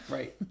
Right